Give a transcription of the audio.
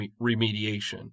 remediation